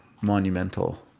monumental